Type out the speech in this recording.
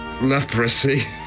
leprosy